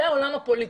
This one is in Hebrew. זה העולם הפוליטי,